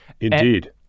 indeed